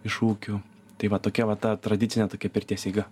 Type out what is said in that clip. iš ūkių tai va tokia va ta tradicinė tokia pirties eiga